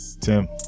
tim